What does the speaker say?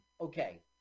okay